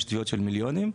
יש תביעות של מיליונים.